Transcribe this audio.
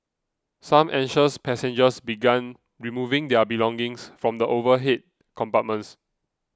some anxious passengers began removing their belongings from the overhead compartments